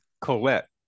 Colette